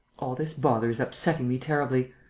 all this bother is upsetting me terribly.